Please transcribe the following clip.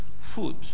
food